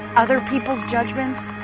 other people's judgments.